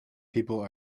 people